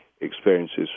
experiences